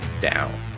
down